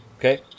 Okay